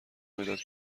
مداد